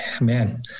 man